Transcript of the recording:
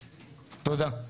תודה.